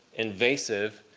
invasive,